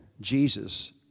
Jesus